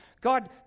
God